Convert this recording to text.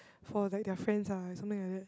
for like their friends ah or something like that